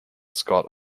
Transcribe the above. scott